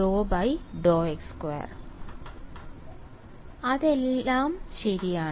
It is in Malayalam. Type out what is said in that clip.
ddx22 അതെല്ലാം ശരിയാണ്